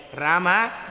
Rama